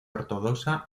ortodoxa